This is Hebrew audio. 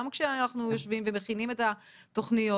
גם כשאנחנו יושבים ומכינים את התוכניות